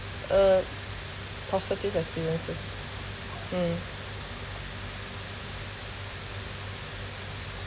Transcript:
uh positive experiences mm